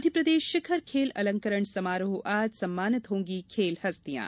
मध्यप्रदेश शिखर खेल अलंकरण समारोह आज सम्मानित होंगी खेल हस्तियां